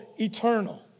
eternal